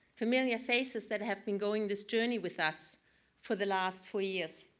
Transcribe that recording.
familiar faces that have been going this journey with us for the last four years.